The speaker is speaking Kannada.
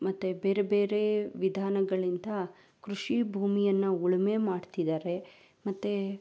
ಮತ್ತು ಬೇರೆ ಬೇರೆ ವಿಧಾನಗಳಿಂದ ಕೃಷಿ ಭೂಮಿಯನ್ನು ಉಳುಮೆ ಮಾಡ್ತಿದ್ದಾರೆ ಮತ್ತು